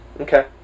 Okay